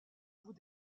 bout